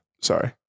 Sorry